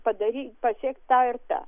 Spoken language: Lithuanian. padaryt pasiekt tą ir tą